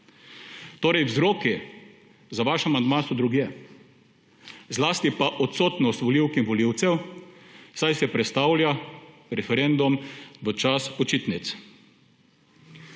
Torej vzroki za vaš amandma so drugje, zlasti pa odsotnost volivk in volivcev, saj se prestavlja referendum v čas počitnic.